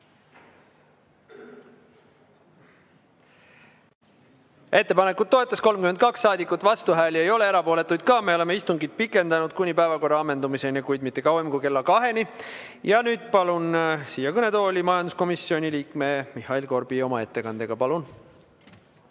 Ettepanekut toetas 32 saadikut, vastuhääli ei ole, erapooletuid ka mitte. Me oleme istungit pikendatud kuni päevakorra ammendumiseni, kuid mitte kauem kui kella kaheni. Ja nüüd palun siia kõnetooli majanduskomisjoni liikme Mihhail Korbi oma ettekandega. Palun!